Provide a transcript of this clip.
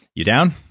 you down?